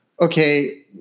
okay